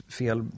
fel